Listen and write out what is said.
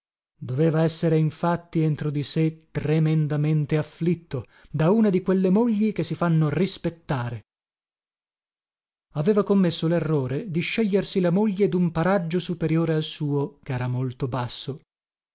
doveva essere infatti entro di sé tremendamente afflitto da una di quelle mogli che si fanno rispettare aveva commesso lerrore di scegliersi la moglie dun paraggio superiore al suo chera molto basso